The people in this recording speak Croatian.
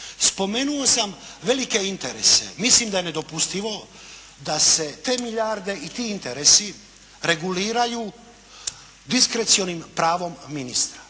spomenuo sam velike interese. Mislim da je nedopustivo da se te milijarde i ti interesi reguliraju diskrecionim pravom ministra.